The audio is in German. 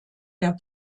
der